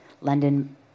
London